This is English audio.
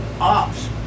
ops